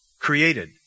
created